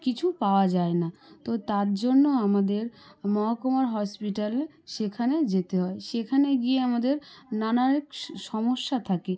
কিছু পাওয়া যায় না তো তার জন্য আমাদের মহাকুমার হসপিটালে সেখানে যেতে হয় সেখানে গিয়ে আমাদের নানা সমস্যা থাকে